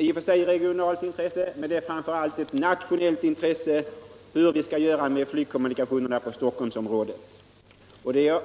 I och för sig är det ett regionalt intresse men framför allt ett nationellt intresse, hur vi skall göra med flygkommunikationerna till och från Stockholmsområdet.